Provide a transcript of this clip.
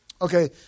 Okay